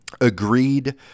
agreed